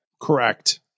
Correct